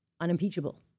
unimpeachable